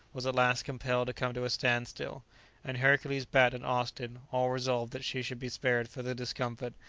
was at last compelled to come to a stand-still and hercules, bat, and austin, all resolved that she should be spared further discomfort,